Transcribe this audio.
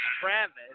Travis